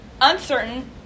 uncertain